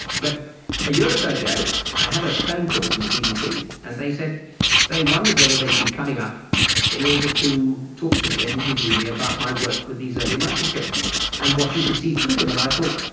but a year or so ago i had a phone call from the bbc and they said they wondered whether they would be coming up in order to talk to me and interview me about my work with these early microscopes and what you could see through them. and i thought,